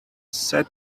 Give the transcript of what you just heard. sat